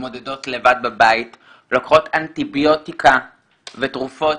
ומתמודדות לבד בבית, לוקחות אנטיביוטיקה ותרופות